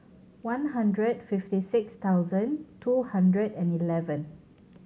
one hundred fifty six thousand two hundred and eleven